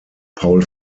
paul